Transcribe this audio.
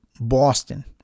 Boston